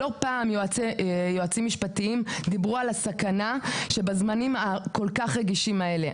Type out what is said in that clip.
לא פעם יועצים משפטיים דיברו על הסכנה שבזמנים כול כך רגישים שכאלה.